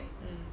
mm